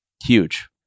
Huge